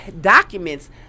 documents